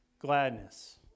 gladness